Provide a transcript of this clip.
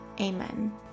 Amen